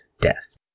death